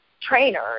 trainer